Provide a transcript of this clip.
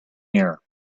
year